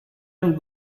and